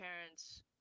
parents